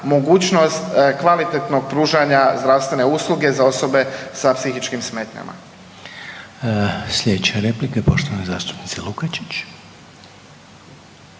mogućnost kvalitetnog pružanja zdravstvene usluge za osobe sa psihičkim smetnjama. **Reiner, Željko (HDZ)** Sljedeća je replika poštovane zastupnice Lukačić.